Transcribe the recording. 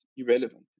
irrelevant